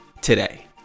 today